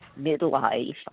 midlife